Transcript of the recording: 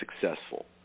successful